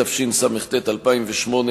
התשס"ט 2008,